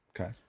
Okay